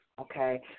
okay